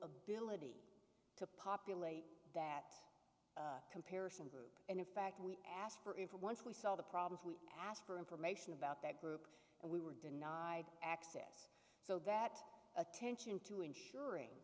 ability to populate that comparison group and in fact we asked for in for once we saw the problems we asked for information about that group and we were denied access so that attention to ensuring